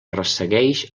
ressegueix